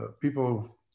people